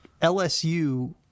LSU